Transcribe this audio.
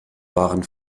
waren